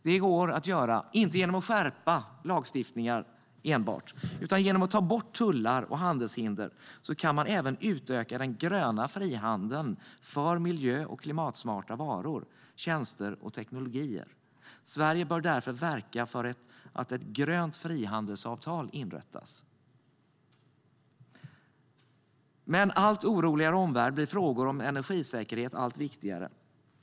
Det går att göra inte genom att enbart skärpa lagstiftningar, utan genom att ta bort tullar och handelshinder kan man även utöka den gröna frihandeln för miljö och klimatsmarta varor, tjänster och tekniker. Sverige bör därför verka för att ett grönt frihandelsavtal inrättas. Med en allt oroligare omvärld blir frågor om energisäkerhet allt viktigare.